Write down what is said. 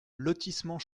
lotissement